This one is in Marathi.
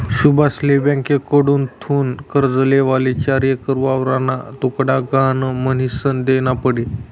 सुभाषले ब्यांककडथून कर्ज लेवाले चार एकर वावरना तुकडा गहाण म्हनीसन देना पडी